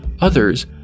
Others